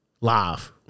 live